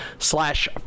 Slash